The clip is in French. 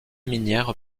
minière